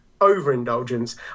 overindulgence